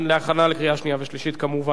ובכן, 24 תומכים, מתנגד אחד, שני נמנעים.